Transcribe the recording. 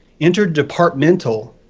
interdepartmental